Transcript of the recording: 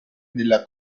della